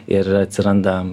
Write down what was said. ir atsiranda